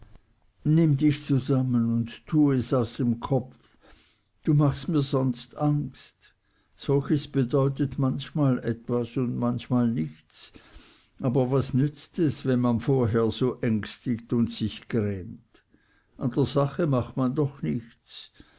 nimm dich zusammen und tue es aus dem kopf du machst mir sonst angst solches bedeutet manchmal etwas und manchmal nichts aber was nützt es wenn man vorher so ängstet und sich grämt an der sache macht man doch nichts